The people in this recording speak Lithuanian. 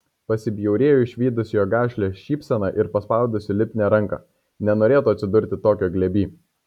pasibjaurėjo išvydusi jo gašlią šypseną ir paspaudusi lipnią ranką nenorėtų atsidurti tokio glėby